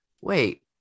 wait